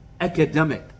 academic